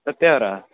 ಸತ್ಯ ಅವರ